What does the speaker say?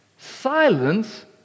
silence